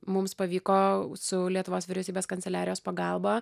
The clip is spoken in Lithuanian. mums pavyko su lietuvos vyriausybės kanceliarijos pagalba